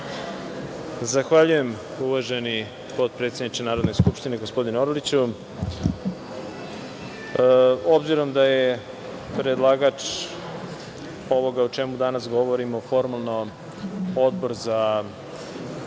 Zahvaljujem, uvaženi potpredsedniče Narodne skupštine gospodine Orliću. Obzirom da je predlagač ovoga o čemu danas govorimo formalno Odbor za